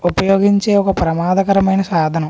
ఉపయోగించే ఒక ప్రమాదకరమైన సాధనం